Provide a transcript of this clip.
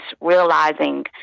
realizing